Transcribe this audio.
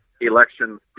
election